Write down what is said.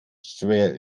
schwer